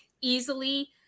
easily